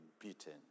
beaten